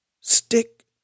Stick